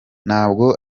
ntabwo